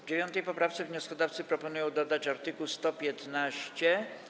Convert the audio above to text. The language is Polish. W 9. poprawce wnioskodawcy proponują dodać art. 115.